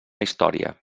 història